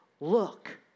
look